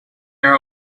are